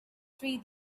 three